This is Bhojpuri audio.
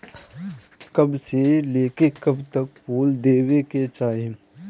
कब से लेके कब तक फुल देवे के चाही?